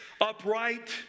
upright